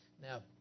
Now